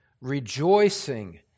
rejoicing